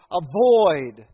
avoid